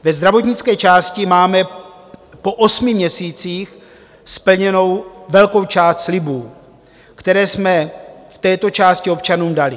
Ve zdravotnické části máme po osmi měsících splněnu velkou část slibů, které jsme v této části občanům dali.